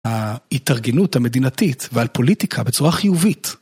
ההתארגנות המדינתית ועל פוליטיקה בצורה חיובית.